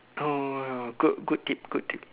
oh good tip good tip